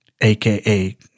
aka